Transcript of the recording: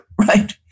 right